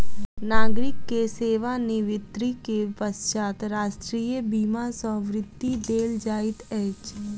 नागरिक के सेवा निवृत्ति के पश्चात राष्ट्रीय बीमा सॅ वृत्ति देल जाइत अछि